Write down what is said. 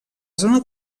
zona